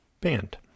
band